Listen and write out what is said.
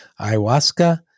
ayahuasca